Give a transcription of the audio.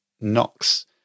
knocks